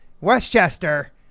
Westchester